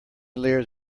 layers